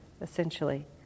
essentially